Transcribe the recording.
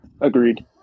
Agreed